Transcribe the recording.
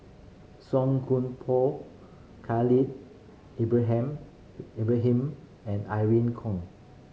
Song Koon Poh Khalil Ibrahim and Irene Khong